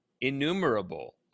innumerable